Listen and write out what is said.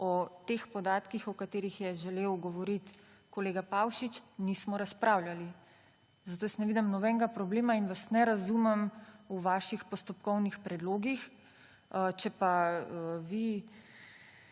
o teh podatkih, o katerih je želel govoriti kolega Pavšič, nismo razpravljali. Zato jaz ne vidim nobenega problema in vas ne razumem v vaših postopkovnih predlogih. Če pa vi